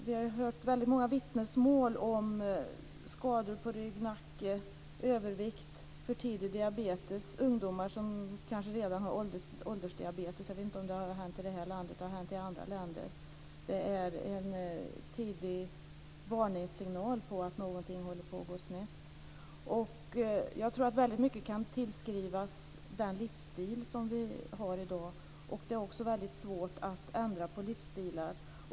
Vi har hört många vittnesmål om skador på rygg och nacke, om övervikt, för tidig diabetes, ungdomar som kanske redan har åldersdiabetes. Jag vet inte om det har hänt i vårt land, men det har hänt i andra länder. Det är en tydlig varningssignal om att någonting håller på att gå snett. Jag tror att väldigt mycket kan tillskrivas den livsstil som vi har i dag. Det är också väldigt svårt att ändra på livsstilar.